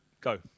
go